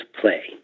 play